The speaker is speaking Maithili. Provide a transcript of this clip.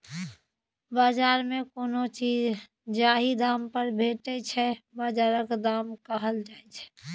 बजार मे कोनो चीज जाहि दाम पर भेटै छै बजारक दाम कहल जाइ छै